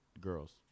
girls